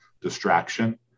distraction